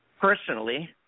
personally